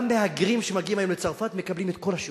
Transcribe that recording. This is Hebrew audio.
גם מהגרים שמגיעים היום מצרפת מקבלים את כל השירותים.